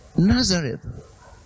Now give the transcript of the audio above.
Nazareth